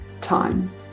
time